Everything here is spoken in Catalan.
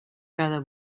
cada